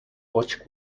watch